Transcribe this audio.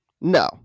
No